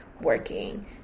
working